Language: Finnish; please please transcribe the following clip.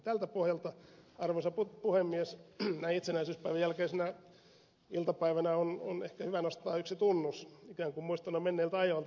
tältä pohjalta arvoisa puhemies näin itsenäisyyspäivän jälkeisenä iltapäivänä on ehkä hyvä nostaa yksi tunnus ikään kuin muistona menneiltä ajoilta